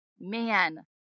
man